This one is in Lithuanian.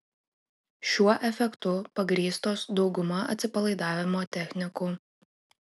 šiuo efektu pagrįstos dauguma atsipalaidavimo technikų